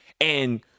And-